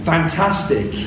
Fantastic